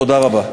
תודה רבה.